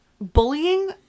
Bullying